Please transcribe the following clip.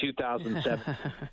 2007